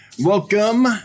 Welcome